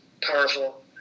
powerful